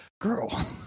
girl